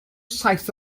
saith